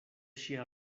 ŝia